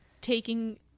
taking